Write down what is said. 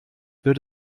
wird